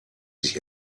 sich